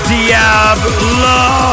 Diablo